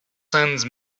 sands